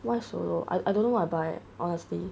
why solo I don't know what I buy eh honestly